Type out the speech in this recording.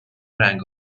رنگ